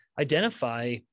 identify